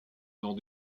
dans